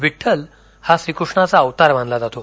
विड्डल हा श्रीकृष्णाचा अवतार मानला जातो